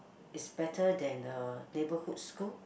is better than the neighborhood school